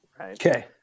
Okay